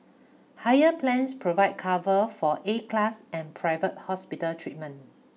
higher plans provide cover for A class and private hospital treatment